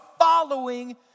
following